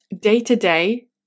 day-to-day